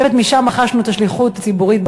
אני חושבת ששם רכשנו את תחושת השליחות הציבורית,